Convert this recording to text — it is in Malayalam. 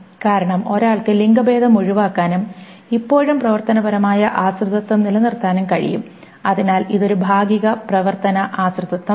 കാരണം ഒരാൾക്ക് ലിംഗഭേദം ഒഴിവാക്കാനും ഇപ്പോഴും പ്രവർത്തനപരമായ ആശ്രിതത്വം നിലനിർത്താനും കഴിയും അതിനാൽ ഇത് ഒരു ഭാഗിക പ്രവർത്തന ആശ്രിതത്വമാണ്